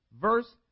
Verse